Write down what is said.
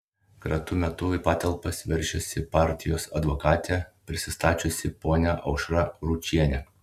kratų metu į patalpas veržėsi partijos advokate prisistačiusi ponia aušra ručienė